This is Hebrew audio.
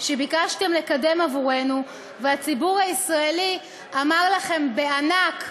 שביקשתם לקדם עבורנו והציבור הישראלי אמר לכם בענק: